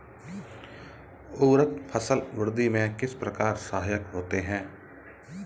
उर्वरक फसल वृद्धि में किस प्रकार सहायक होते हैं?